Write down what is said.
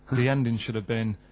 the endin' should have been,